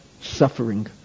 suffering